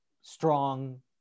strong